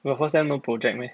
your first sem no project meh